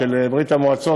ברית-המועצות,